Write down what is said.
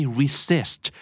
resist